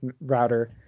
router